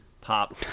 pop